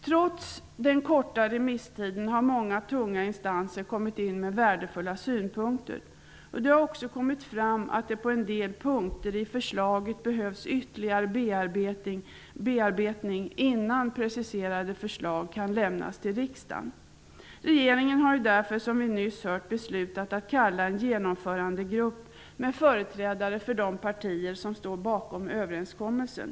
Trots den korta remisstiden har många tunga instanser kommit in med värdefulla synpunkter. Det har också kommit fram att det på en del punkter i förslaget behövs ytterligare bearbetning innan preciserade förslag kan lämnas till riksdagen. Regeringen har därför, som vi nyss har hört, beslutat att kalla en genomförandegrupp med företrädare för de partier som står bakom överenskommelsen.